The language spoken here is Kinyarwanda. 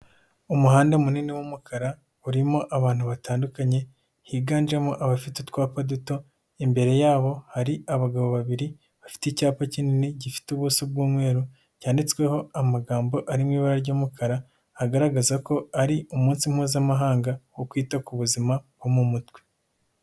Umuhanda munini w'umukara urimo abantu batandukanye higanjemo abafite utwapa duto, imbere yabo hari abagabo babiri bafite icyapa kinini gifite ubuso bw'umweru, cyanditsweho amagambo arimo ibara ry'umukara, agaragaza ko ari umunsi mpuzamahanga wo kwita ku buzima bwo mu mutwe.